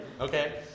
okay